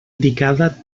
indicada